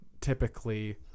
typically